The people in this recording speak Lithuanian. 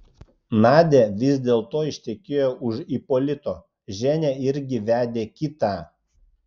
nadia vis dėlto ištekėjo už ipolito ženia irgi vedė kitą